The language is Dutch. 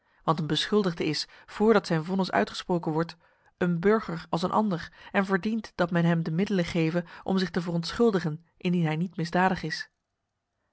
want een beschuldigde is voordat zijn vonnis uitgesproken wordt een burger als een ander en verdient dat men hem de middelen geve om zich te verontschuldigen indien hij niet misdadig is